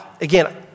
again